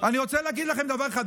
אני רוצה להגיד לכם דבר אחד,